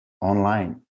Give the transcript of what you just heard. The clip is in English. online